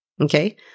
Okay